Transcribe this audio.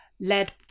led